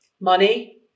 money